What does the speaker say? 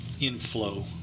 inflow